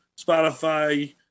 Spotify